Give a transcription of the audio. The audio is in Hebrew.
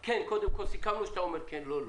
קודם כל סיכמנו שאתה אומר כן ולא לא,